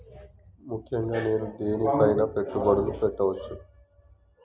ముఖ్యంగా నేను దేని పైనా పెట్టుబడులు పెట్టవచ్చు?